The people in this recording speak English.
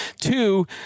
Two